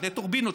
שתי טורבינות,